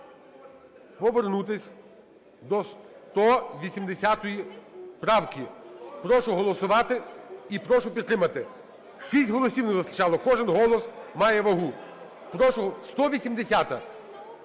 повернутись до 180 правки. Прошу голосувати і прошу підтримати. 6 голосів не вистачало, кожен голос має вагу. Прошу, 180-а,